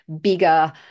bigger